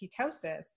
ketosis